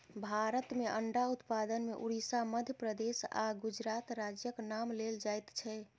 भारत मे अंडा उत्पादन मे उड़िसा, मध्य प्रदेश आ गुजरात राज्यक नाम लेल जाइत छै